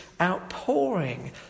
outpouring